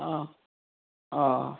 অঁ অঁ